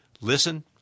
listen